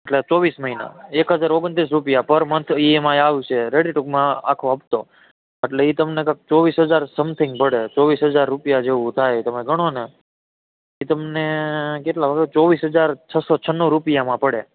એટલે ચોવીસ મહિના એક હજાર ઓગણત્રીસ રૂપિયા પર મંથ ઈએમઆઈ આવશે રેડી ટૂંકમાં આખો હફતો એટલે એ તમને કાક ચોવીસ હજાર સમથિંગ પડે ચોવીસ હજાર રૂપિયા જેવું થાય તમે ગણોને એ તમને કેટલા ખબર ચોવીસ હજાર છસો છન્નું રૂપિયામાં પડે